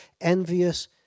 envious